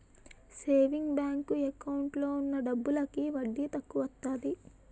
saving bank account లో ఉన్న డబ్బులకి వడ్డీ తక్కువత్తాది